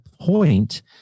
point